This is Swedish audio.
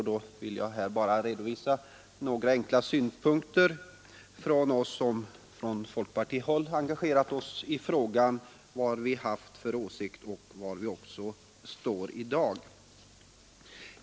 Jag vill därför bara redovisa några enkla synpunkter från oss inom folkpartiet som engagerat oss i frågan och klargöra vilken åsikt vi haft och var vi står i dag.